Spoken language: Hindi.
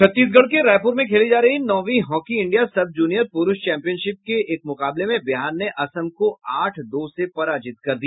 छत्तीसगढ़ के रायपुर में खेली जा रही नौवीं हॉकी इंडिया सब जूनियर पुरूष चैम्पियनशिप के एक मुकाबले में बिहार ने असम को आठ दो से पराजित कर दिया